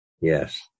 Yes